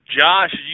Josh